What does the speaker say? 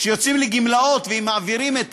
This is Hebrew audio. כשיוצאים לגמלאות והיא מעבירה,